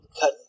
cut